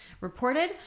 reported